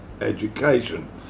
education